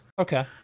Okay